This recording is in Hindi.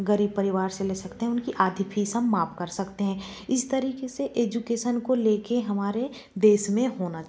गरीब परिवार से ले सकते हैं उनकी आधी फिस हम माफ कर सकते हैं इस तरीके से एजुकेसन को लेके हमारे देश में होना